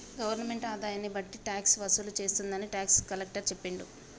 government ఆదాయాన్ని బట్టి tax వసూలు చేస్తుందని టాక్స్ కలెక్టర్ చెప్పిండు